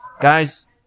Guys